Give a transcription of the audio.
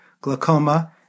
glaucoma